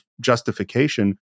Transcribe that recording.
justification